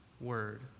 Word